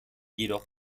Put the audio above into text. jedoch